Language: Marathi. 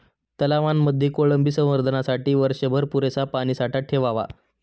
तलावांमध्ये कोळंबी संवर्धनासाठी वर्षभर पुरेसा पाणीसाठा ठेवावा